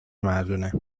مردونه